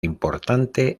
importante